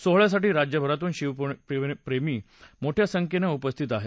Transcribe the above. सोहळयासाठी राज्यभरातून शिवप्रेमी मोठया संख्येनं उपस्थित आहेत